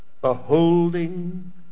beholding